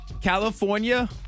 california